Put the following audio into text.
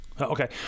Okay